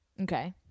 Okay